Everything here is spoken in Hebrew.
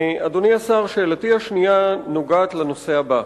אדוני השר, שאלתי השנייה נוגעת לנושא הבא: